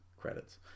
credits